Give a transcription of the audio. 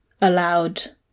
allowed